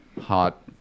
hot